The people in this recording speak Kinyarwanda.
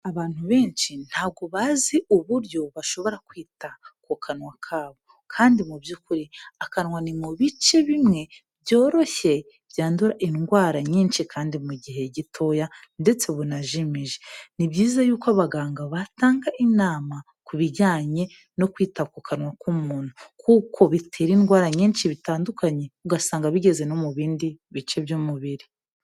Abantu benshi ntabwo bazi uburyo bashobora kwita ku kanwa kabo kandi mubyukuri akanwa ni mu bice bimwe byoroshye byandura indwara nyinshi kandi mu gihe gitoya ndetse bunajimije, ni byiza yuko abaganga batanga inama ku bijyanye no kwita ku kanwa k'umuntu kuko bitera indwara nyinshi bitandukanye ugasanga bigeze no mu bindi bice by'umubiri.